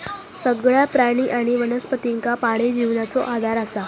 सगळ्या प्राणी आणि वनस्पतींका पाणी जिवनाचो आधार असा